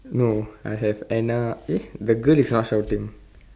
no I have Anna eh the girl is not shouting